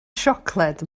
siocled